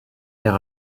air